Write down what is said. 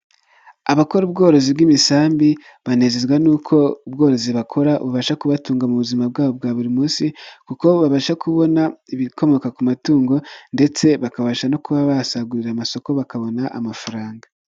Abakora ubworozi bw'imisambi banezezwa nuko ubworozi bakora bubasha kubatunga mu buzima bwabo bwa buri munsi, kuko babasha kubona ibikomoka ku matungo ndetse bakabasha no kuba basagurira amasoko bakabona amafaranga.